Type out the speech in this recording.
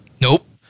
Nope